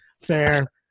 Fair